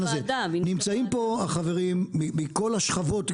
נמצאים פה החברים מכל השכבות,